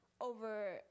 over